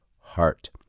heart